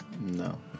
No